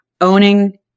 owning